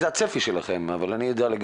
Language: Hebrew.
שלא.